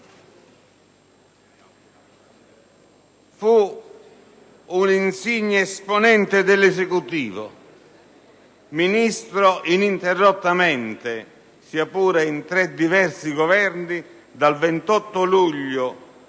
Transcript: Fu un insigne esponente dell'Esecutivo: Ministro della giustizia, ininterrottamente, sia pure in tre diversi Governi, dal 28 luglio